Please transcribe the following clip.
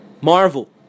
Marvel